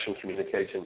communication